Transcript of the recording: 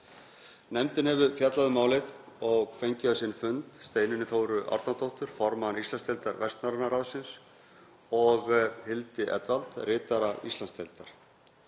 Nefndin hefur fjallað um málið og fengið á sinn fund Steinunni Þóru Árnadóttur, formann Íslandsdeildar Vestnorræna ráðsins, og Hildi Edwald, ritara Íslandsdeildar.